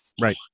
Right